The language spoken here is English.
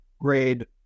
grade